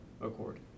accord